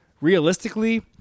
realistically